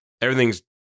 Everything's